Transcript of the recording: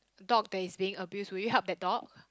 dog that is being abuse will you help that dog